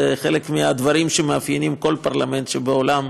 זה חלק מהדברים שמאפיינים כל פרלמנט בעולם,